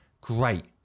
great